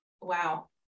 Wow